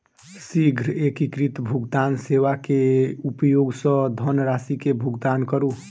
शीघ्र एकीकृत भुगतान सेवा के उपयोग सॅ धनरशि के भुगतान करू